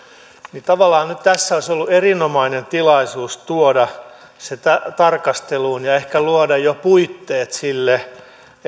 niin tavallaan nyt tässä olisi ollut erinomainen tilaisuus tuoda se tarkasteluun ja ehkä luoda jo puitteet sille